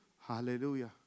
Hallelujah